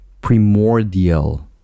primordial